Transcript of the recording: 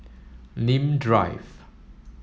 Nim Drive